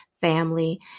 family